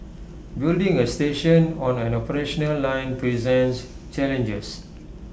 building A station on an operational line presents challenges